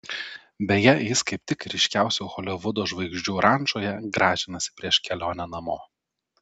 beje jis kaip tik ryškiausių holivudo žvaigždžių rančoje gražinasi prieš kelionę namo